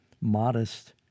modest